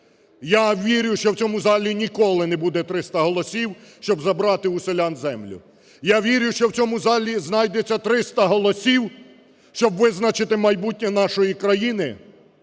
Я вірю, що в цьому залі ніколи не буде 300 голосів, щоб забрати в селян землю. Я вірю, що в цьому залі знайдеться 300 голосів, щоб визначити майбутнє нашої країни